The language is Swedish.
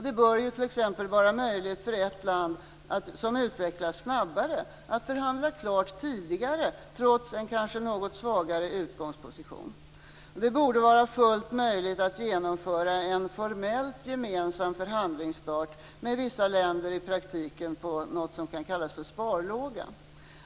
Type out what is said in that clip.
Det bör t.ex. vara möjligt för ett land som utvecklas snabbare att förhandla klart tidigare trots en kanske något svagare utgångsposition. Det borde vara fullt möjligt att genomföra en formellt gemensam förhandlingsstart med vissa länder i praktiken på något som kan kallas för sparlåga.